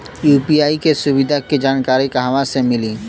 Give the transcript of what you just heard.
UPI के सुविधा के जानकारी कहवा से मिली?